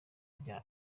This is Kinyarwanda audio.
rya